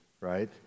right